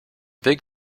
big